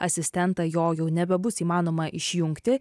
asistentą jo jau nebebus įmanoma išjungti